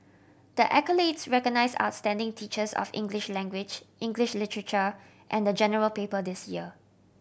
the accolades recognise outstanding teachers of English language English literature and the General Paper this year